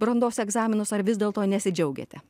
brandos egzaminus ar vis dėlto nesidžiaugiate